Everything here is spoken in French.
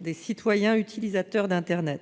des citoyens utilisateurs d'internet.